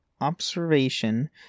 observation